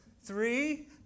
three